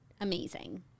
Amazing